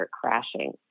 crashing